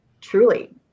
truly